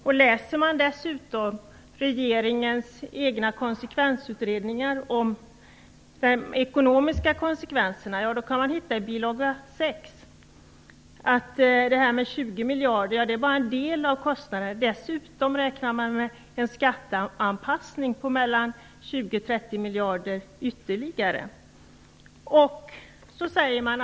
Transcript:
Om man dessutom läser regeringens egna konsekvensutredningar vad gäller ekonomin, finner man i bilaga 6 att 20 miljarder kronor endast utgör en del av kostnaden. Man räknar dessutom med en skatteanpassning på 20-30 miljarder kronor ytterligare.